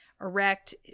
erect